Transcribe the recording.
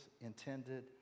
intended